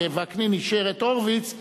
ווקנין אישר את הורוביץ,